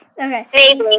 Okay